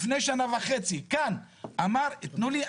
לפני שנה וחצי כאן אמר: תנו לי,